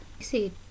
see